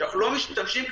שאנחנו לא משתמשים בהם,